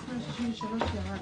סעיף 163 ירד.